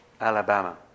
Alabama